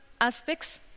aspects